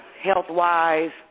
health-wise